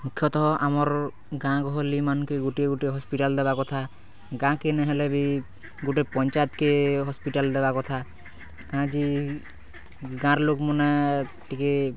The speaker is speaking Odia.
ମୁଖ୍ୟତଃ ଆମର୍ ଗାଁ ଗହଲି ମାନ୍କେ ଗୁଟେ ଗୁଟେ ହସ୍ପିଟାଲ୍ ଦେବାର୍ କଥା ଗାଁ'କେ ନେଇ ହେଲେ ବି ଗୁଟେ ପଞ୍ଚାୟତ୍ କେ ହସ୍ପିଟାଲ୍ ଦେବା କଥା କା'ଯେ ଗାଁ'ର୍ ଲୋକ୍ମାନେ ଟିକେ